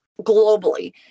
globally